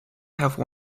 have